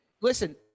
Listen